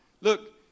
Look